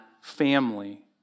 family